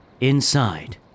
inside